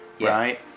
right